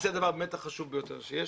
שזה הדבר החשוב ביותר שיש.